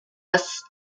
das